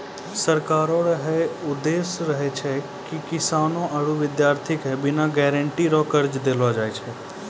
सरकारो रो है आदेस रहै छै की किसानो आरू बिद्यार्ति के बिना गारंटी रो कर्जा देलो जाय छै